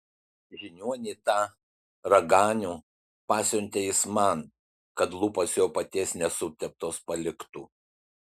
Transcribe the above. žiniuonį tą raganių pasiuntė jis man kad lūpos jo paties nesuteptos paliktų